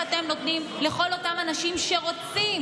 אתם נותנים לכל אותם אנשים שרוצים,